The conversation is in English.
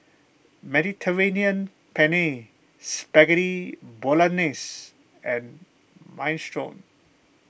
Mediterranean Penne Spaghetti Bolognese and Minestrone